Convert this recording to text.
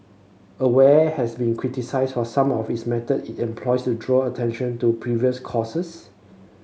aware has been criticised for some of is methods it employs to draw attention to previous causes